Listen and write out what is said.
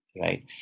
right